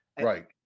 Right